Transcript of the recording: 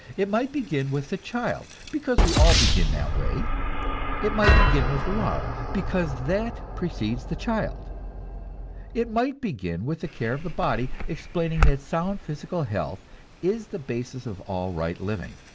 it might begin with the child, because we all begin that way it might begin with love, because that precedes the child it might begin with the care of the body, explaining that sound physical health is the basis of all right living,